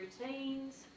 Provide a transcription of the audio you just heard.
routines